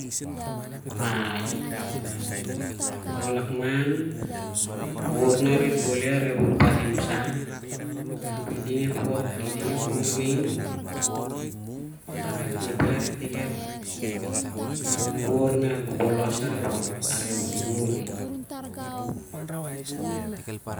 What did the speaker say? Ah e tong lakman ep wuvurnah areh toli a- reh wur barim sah api ding ep wuvur ning areh khep ilar itik ep wur na bobolos areh wuri.